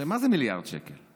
שמה זה מיליארד שקל,